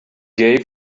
gave